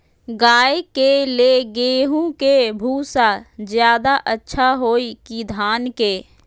गाय के ले गेंहू के भूसा ज्यादा अच्छा होई की धान के?